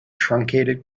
truncated